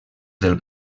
del